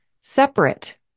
separate